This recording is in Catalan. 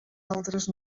altres